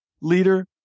leader